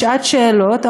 בשעת שאלות,